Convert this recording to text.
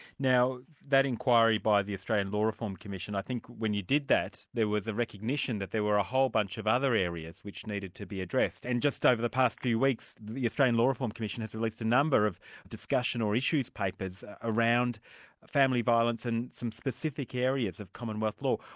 now that inquiry by the australian law reform commission, i think when you did that, there was a recognition that there were a whole bunch of other areas which needed to be addressed, and just over the past few weeks the australian law reform commission has released a number of discussion or issues papers around family violence and some specific areas of commonwealth law.